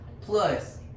plus